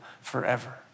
forever